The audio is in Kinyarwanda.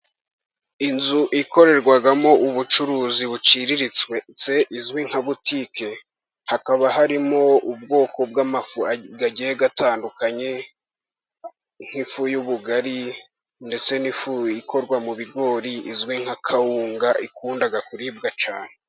Inzu ikorerwamo ubucuruzi buciriritse izwi nka butike. Hakaba harimo ubwoko bw'amafi agiye atandukanye, nk'ifu y'ubugari, ndetse n'ifu ikorwa mu bigori izwi nka kawunga, ikundwa kuribwa cyane.